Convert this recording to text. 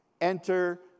enter